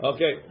Okay